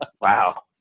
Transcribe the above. Wow